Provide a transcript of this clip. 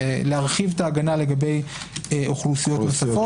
להרחיב את ההגנה לגבי אוכלוסיות נוספות.